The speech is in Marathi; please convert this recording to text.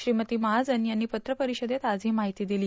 श्रीमती महाजन यांनी पत्रपरिषदेत आज ही माहिती दिली